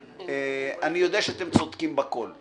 אני יודע שאתם צודקים בכול.